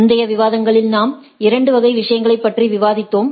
முந்தைய விவாதங்களில் நாம் இரண்டு வகை விஷயங்களைப் பற்றி விவாதித்தோம்